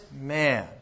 man